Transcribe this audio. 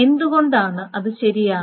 എന്തുകൊണ്ട് അത് ശരിയാണ്